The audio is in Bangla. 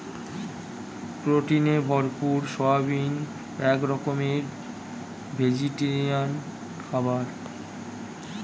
প্রোটিনে ভরপুর সয়াবিন এক রকমের ভেজিটেরিয়ান খাবার